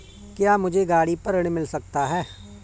क्या मुझे गाड़ी पर ऋण मिल सकता है?